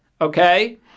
okay